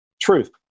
Truth